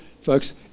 folks